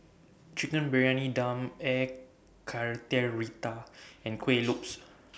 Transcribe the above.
Chicken Briyani Dum Air Karthira and Kuih Lopes